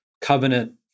covenant